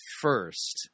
first